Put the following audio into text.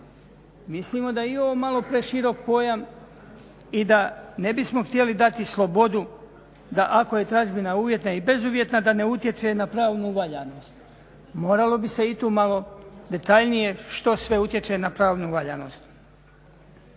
Mislimo da je i ovo malo preširok pojam i da ne bismo htjeli dati slobodu da ako je tražbina uvjetna i bezuvjetna da ne utječe na pravnu valjanost, moralo bi se i tu malo detaljnije, što sve utječe na pravnu valjanost.